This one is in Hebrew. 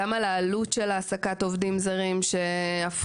גם על העלות של העסקת עובדים זרים שהפכה